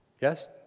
Yes